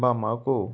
Bamako